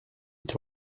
est